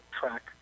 track